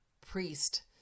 priest